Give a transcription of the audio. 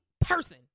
person